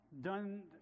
done